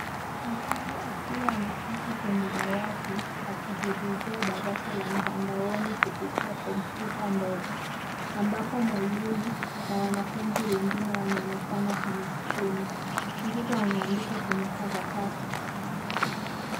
Mtoto akiwa ameketi kwenye dawati akihudhuria darasa la mtandaoni kupitia kompyuta ndogo ambapo mwalimu na wanafunzi wengine wanaonekana kwenye skrini. Mtoto anaandika kwenye karatasi.